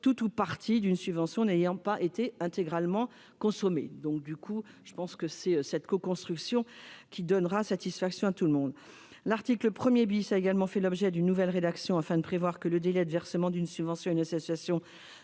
tout ou partie d'une subvention n'ayant pas été intégralement consommée ». Cette rédaction, issue d'une coconstruction, donnera, je pense, satisfaction à tout le monde. L'article 1 a également fait l'objet d'une nouvelle rédaction, afin de prévoir que le délai de versement d'une subvention à une association